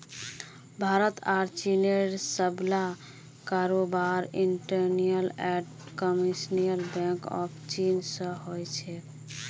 भारत आर चीनेर सबला कारोबार industrial and commercial bank of चीन स हो छेक